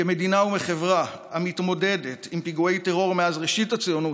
כמדינה וכחברה המתמודדת עם פיגועי טרור מאז ראשית הציונות,